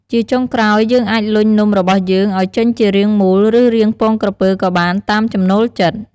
ជាចុងក្រោយ យើងអាចលញ់នំរបស់យើងឱ្យចេញជារាងមូល ឬរាងពងក្រពើក៏បាន តាមចំណូលចិត្ត។